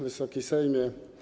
Wysoki Sejmie!